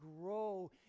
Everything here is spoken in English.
grow